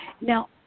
Now